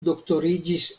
doktoriĝis